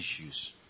issues